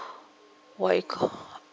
what you call